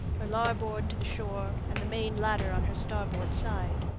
her larboard to the shore, and the main ladder on her starboard side.